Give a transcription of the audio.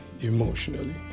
emotionally